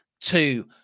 two